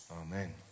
Amen